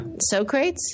Socrates